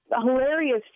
hilarious